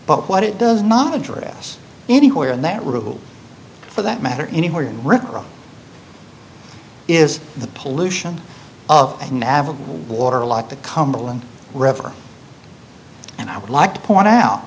but what it does not address anywhere in that rule for that matter anywhere is the pollution of an average water like the cumberland river and i would like to point out